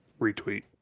Retweet